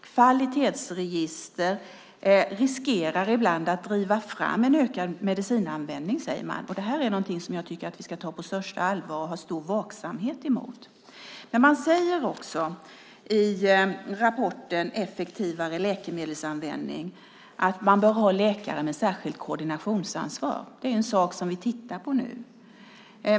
Kvalitetsregister riskerar ibland att driva fram en ökad medicinanvändning, säger man, och det är något som jag tycker att vi ska ta på största allvar och ha stor vaksamhet på. Man säger också i rapporten Effektivare läkemedelsanvändning att det bör finnas läkare med särskilt koordinationsansvar. Det är en sak som vi tittar på nu.